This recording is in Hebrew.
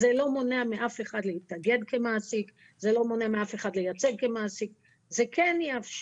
זה לא מונע מאף אחד להתאגד כמעסיק, זה לא מונע